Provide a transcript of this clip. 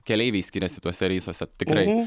keleiviai skiriasi tuose reisuose tikrai